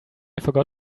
forgot